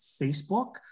Facebook